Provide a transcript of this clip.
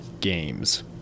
games